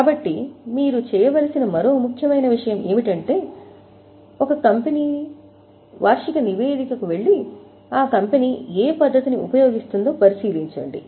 కాబట్టి మీరు చేయవలసిన మరో ముఖ్యమైన విషయం ఏమిటంటే మీ స్వంత వార్షిక నివేదికకు వెళ్లి కంపెనీ ఏ పద్ధతిని ఉపయోగిస్తుందో పరిశీలించండి